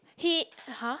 he !huh!